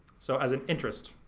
so as an interest,